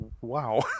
Wow